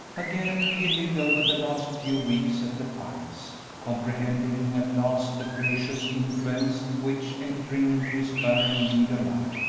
again he lived over the last few weeks at the pines, comprehending at last the gracious influence which, entering into his barren, meagre life,